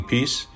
Peace